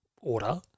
order